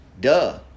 Duh